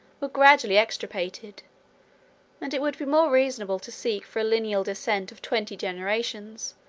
were gradually extirpated and it would be more reasonable to seek for a lineal descent of twenty generations,